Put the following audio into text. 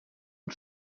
und